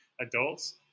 adults